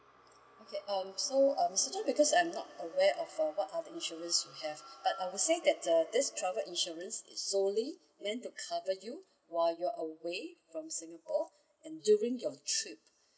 okay um so um mister john because I'm not aware of uh what are the insurance you have but I would say that uh this travel insurance is solely main to cover you while you're away from singapore and during your trip